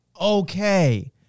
okay